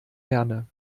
herne